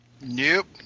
Nope